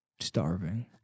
starving